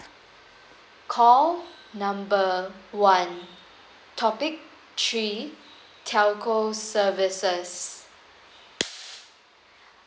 call number one topic three telco services